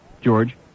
George